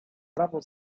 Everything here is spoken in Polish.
prawo